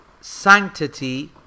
sanctity